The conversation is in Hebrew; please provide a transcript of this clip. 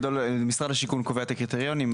משרד השיכון קובע את הקריטריונים.